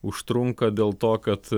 užtrunka dėl to kad